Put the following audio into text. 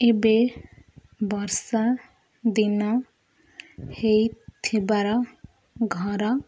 ଏବେ ବର୍ଷା ଦିନ ହେଇଥିବାର ଘର